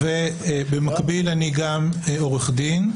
במקביל אני גם עורך דין,